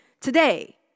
today